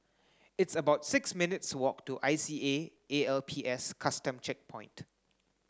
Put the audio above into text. it's about six minutes walk to I C A A L P S Custom Checkpoint